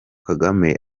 kagame